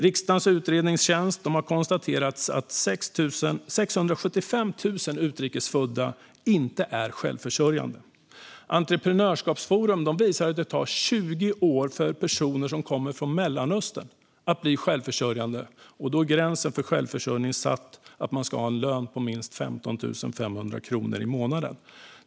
Riksdagens utredningstjänst har konstaterat att 675 000 utrikes födda inte är självförsörjande. Entreprenörskapsforum visar att det tar 20 år för personer som kommit till Sverige från Mellanöstern att bli självförsörjande, och då är gränsen för självförsörjning satt till att man ska ha en lön på minst 15 500 kronor i månaden.